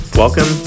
Welcome